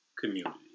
community